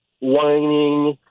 whining